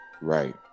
Right